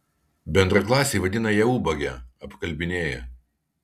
bendraklasiai vadina ją ubage apkalbinėja